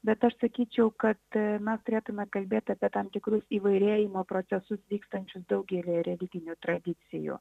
bet aš sakyčiau kad mes turėtume kalbėti apie tam tikrus įvairėjimo procesus vykstančius daugelyje religinių tradicijų